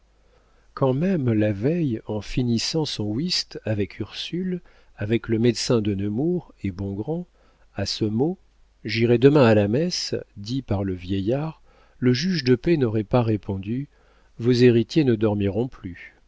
quand même la veille en finissant son whist avec ursule avec le médecin de nemours et bongrand à ce mot j'irai demain à la messe dit par le vieillard le juge de paix n'aurait pas répondu vos héritiers ne dormiront plus